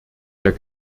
der